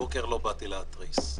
הבוקר לא באתי להתריס,